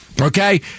Okay